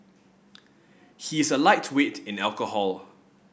he is a lightweight in alcohol